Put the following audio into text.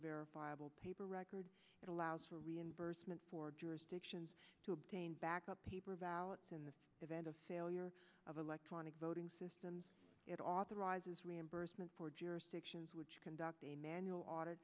verifiable paper record that allows for reimbursement for jurisdictions to obtain backup paper ballots in the event of failure of electronic voting systems it authorizes reimbursement for jurisdictions which conduct a manual audit